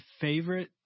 favorite